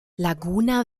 laguna